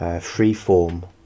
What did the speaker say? free-form